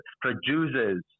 producers